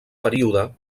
període